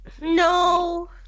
No